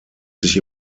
sich